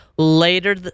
Later